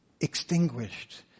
extinguished